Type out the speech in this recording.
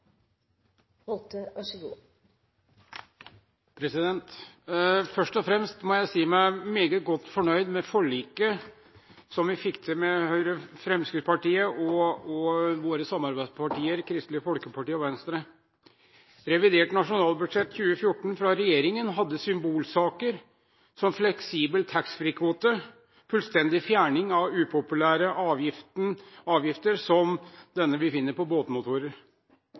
Først og fremst må jeg si meg meget godt fornøyd med forliket som vi fikk til mellom Høyre og Fremskrittspartiet og våre samarbeidspartier Kristelig Folkeparti og Venstre. Revidert nasjonalbudsjett for 2014 fra regjeringen hadde symbolsaker som fleksibel taxfree-kvote og fullstendig fjerning av upopulære avgifter som den vi finner på båtmotorer.